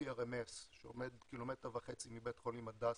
PRMS שעומד קילומטר וחצי מבית חולים הדסה,